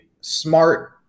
smart